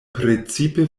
precipe